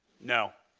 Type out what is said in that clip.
no.